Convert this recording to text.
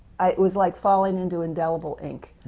it was like falling into indelible ink.